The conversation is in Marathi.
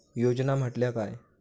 योजना म्हटल्या काय?